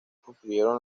construyeron